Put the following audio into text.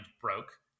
broke